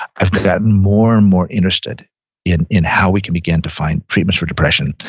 i've gotten more and more interested in in how we can begin to find premature depression,